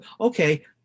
okay